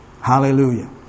Hallelujah